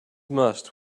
must